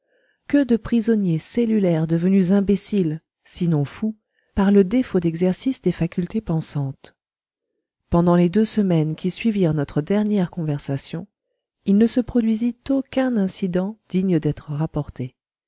que de prisonniers cellulaires devenus imbéciles sinon fous par le défaut d'exercice des facultés pensantes pendant les deux semaines qui suivirent notre dernière conversation il ne se produisit aucun incident digne d'être rapporté